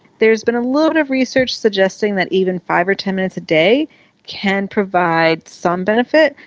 there has been a little bit of research suggesting that even five or ten minutes a day can provide some benefit.